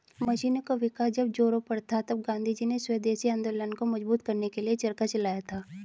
मशीनों का विकास जब जोरों पर था तब गाँधीजी ने स्वदेशी आंदोलन को मजबूत करने के लिए चरखा चलाया था